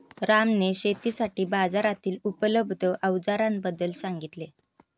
रामने शेतीसाठी बाजारातील उपलब्ध अवजारांबद्दल सांगितले